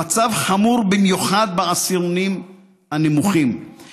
המצב חמור במיוחד בעשירונים הנמוכים,